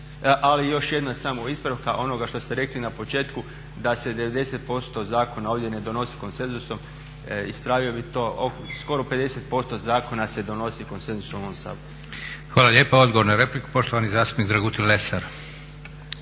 Ali još jedna samo ispravka onoga što ste rekli na početku, da se 90% zakona ovdje ne donosi konsenzusom, ispravio bi to, skoro 50% zakona se donosi konsenzusom u ovom Saboru. **Leko, Josip (SDP)** Hvala lijepo. Odgovor na repliku poštovani zastupnik Dragutin Lesar.